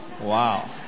Wow